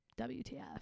WTF